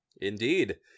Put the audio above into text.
Indeed